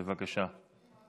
בבקשה.